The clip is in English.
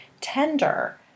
tender